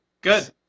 Good